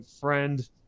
friend